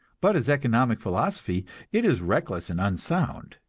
but as economic philosophy it is reckless and unsound.